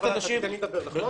אבל אתה תיתן לי לדבר, נכון?